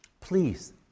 please